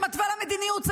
שמתווה לה מדיניות.